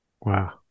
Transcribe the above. Wow